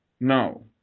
No